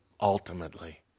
ultimately